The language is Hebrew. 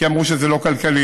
כי אמרו שזה לא כלכלי,